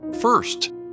first